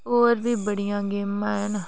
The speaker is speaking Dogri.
और बी बडियां गेमा हैन